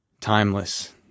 Timeless